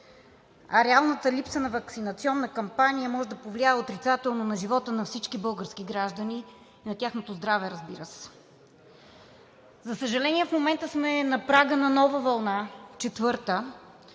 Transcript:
а реалната липса на ваксинационна кампания може да повлияе отрицателно на живота на всички български граждани, на тяхното здраве, разбира се. За съжаление, в момента сме на прага на нова вълна – четвърта,